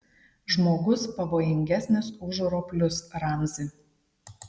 žmogus pavojingesnis už roplius ramzi